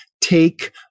take